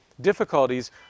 difficulties